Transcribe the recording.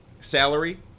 salary